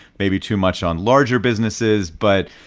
maybe too much on larger businesses but,